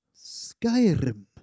Skyrim